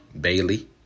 Bailey